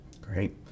Great